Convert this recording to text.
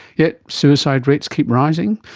yet suicide rates keep rising.